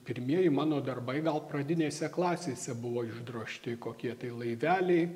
pirmieji mano darbai gal pradinėse klasėse buvo išdrožti kokie tai laiveliai